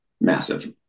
massive